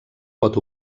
pot